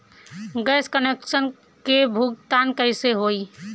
Gas connection के भुगतान कैसे होइ?